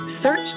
Search